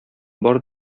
бар